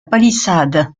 palissade